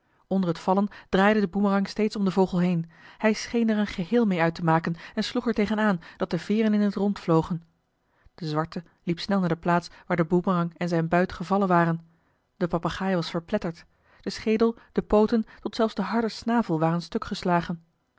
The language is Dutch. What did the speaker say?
onder het vallen draaide de boemerang steeds om den vogel heen hij scheen er een geheel mee uit te maken en sloeg er tegen aan dat de veeren in t rond vlogen de zwarte liep snel naar de plaats waar de boemerang en zijn buit gevallen waren de papegaai was verpletterd de schedel de pooten tot zelfs de harde snavel waren stuk geslagen